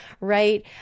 right